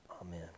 Amen